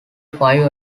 five